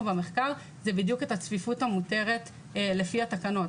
במחקר זה בדיוק את הצפיפות המותרת לפי התקנות,